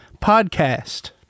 Podcast